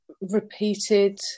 repeated